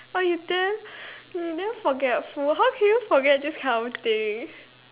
oh you damn you damn forgetful how can you forget this kind of thing